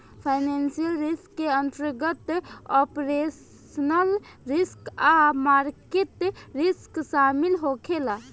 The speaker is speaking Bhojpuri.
फाइनेंसियल रिस्क के अंतर्गत ऑपरेशनल रिस्क आ मार्केट रिस्क शामिल होखे ला